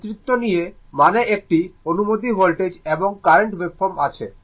সুতরাং নেতৃস্থানীয় মানে একটি অনুমিত ভোল্টেজ এবং কারেন্ট ওয়েভফর্ম আছে